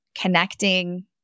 connecting